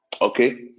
Okay